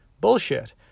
Bullshit